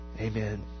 Amen